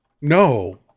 No